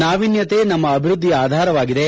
ನಾವೀನ್ಯತೆ ನಮ್ಮ ಅಭಿವೃದ್ದಿಯ ಆಧಾರವಾಗಿದೆ